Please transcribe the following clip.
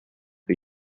but